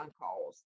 calls